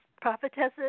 prophetesses